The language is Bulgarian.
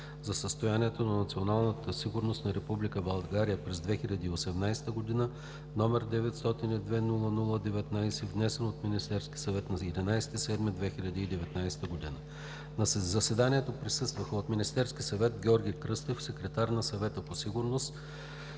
за състоянието на националната сигурност на Република България през 2018 г., № 902-00-19, внесен от Министерския съвет на 11 юли 2019 г. На заседанието присъстваха: от Министерския съвет – Георги Кръстев – секретар на Съвета по сигурността;